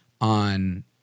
on